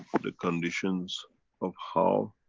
the conditions of how